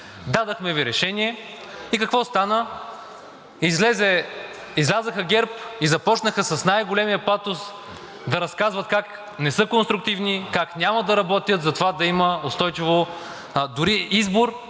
Дадохме Ви решение и какво стана? Излязоха ГЕРБ и започнаха с най-големия патос да разказват как не са конструктивни, как няма да работят за това да има дори избор